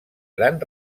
gran